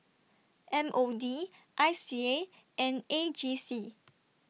M O D I C A and A G C